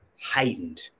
heightened